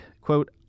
quote